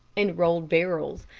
and rolled barrels,